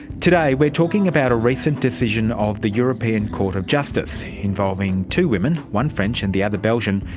today we are talking about a recent decision of the european court of justice involving two women, one french and the other belgian,